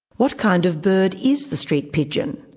what kind of bird is the street pigeon?